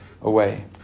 away